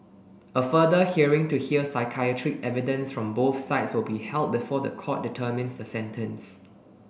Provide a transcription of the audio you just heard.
a further hearing to hear psychiatric evidence from both sides will be held before the court determines the sentence